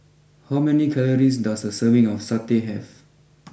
how many calories does a serving of Satay have